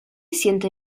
siente